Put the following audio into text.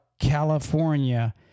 California